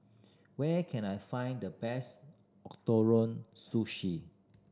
where can I find the best Ootoro Sushi